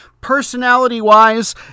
Personality-wise